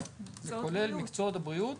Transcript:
לא, זה כולל מקצועות הבריאות